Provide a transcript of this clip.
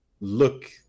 look